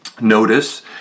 Notice